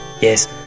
Yes